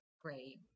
Great